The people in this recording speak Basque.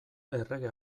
errege